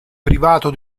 privato